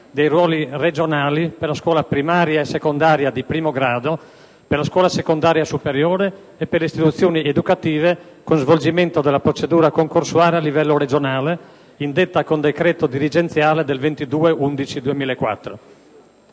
dei ruoli regionali per la scuola primaria e secondaria di primo grado, per la scuola secondaria superiore e per le istituzioni educative, con svolgimento della procedura concorsuale a livello regionale, indetta con decreto dirigenziale del 22